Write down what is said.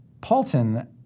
Paulton